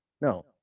No